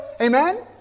Amen